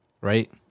right